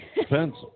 Depends